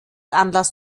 anlass